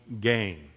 gain